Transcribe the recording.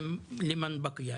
כל שנה ואתם בטוב.